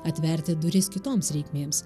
atverti duris kitoms reikmėms